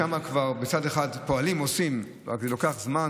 שם כבר בצד אחד פועלים, עושים, רק זה לוקח זמן.